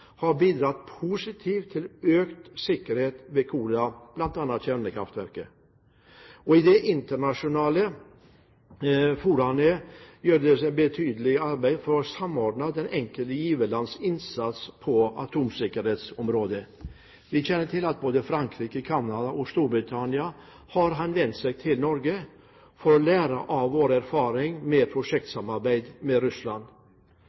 har bidratt positivt til økt sikkerhet på Kola, bl.a. ved kjernekraftverket. I de internasjonale foraene gjøres det et betydelig arbeid for å samordne de enkelte giverlands innsats på atomsikkerhetsområdet. Vi kjenner til at både Frankrike, Canada og Storbritannia har henvendt seg til Norge for å lære av vår erfaring med prosjektsamarbeid med Russland.